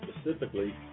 specifically